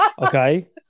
Okay